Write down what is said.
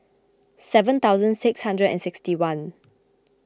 seven thousand six hundred and sixty one